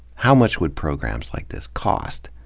how much would programs like this cost?